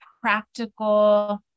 practical